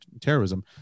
terrorism